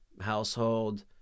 household